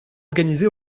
organisé